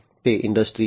તે ઇન્ડસ્ટ્રી1